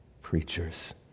preachers